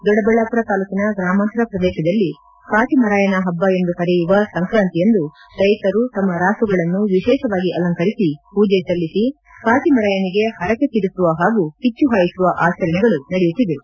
ದೊಡ್ಡಬಳ್ಳಾಪುರ ತಾಲೂಕಿನ ಗ್ರಾಮಾಂತರ ಪ್ರದೇಶದಲ್ಲಿ ಕಾಟಮರಾಯನ ಹಬ್ಬ ಎಂದು ಕರೆಯುವ ಸಂಕ್ರಾಂತಿಯಂದು ರೈತರು ತಮ್ನ ರಾಸುಗಳನ್ನು ವಿಶೇಷವಾಗಿ ಅಲಂಕರಿಸಿ ಪೂಜೆ ಸಲ್ಲಿಸಿ ಕಾಟಮರಾಯನಿಗೆ ಹರಕೆ ತೀರಿಸುವ ಹಾಗೂ ಕಿಚ್ಚು ಹಾಯಿಸುವ ಆಚರಣೆಗಳು ನಡೆಯುತ್ತಿವೆ